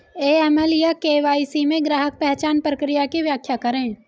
AML या KYC में ग्राहक पहचान प्रक्रिया की व्याख्या करें?